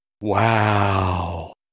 Wow